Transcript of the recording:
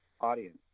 audience